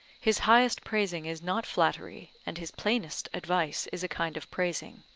his highest praising is not flattery, and his plainest advice is a kind of praising.